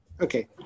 Okay